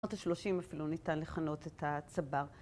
בשנות השלושים אפילו ניתן לכנות את הצבא.